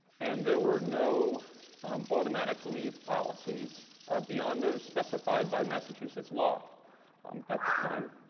and there were no automatic leave policies beyond those specified by massachusetts law at the time.